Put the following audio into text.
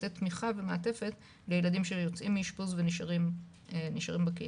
לתת תמיכה ומעטפת לילדים שיוצאים מאשפוז ונשארים בקהילה.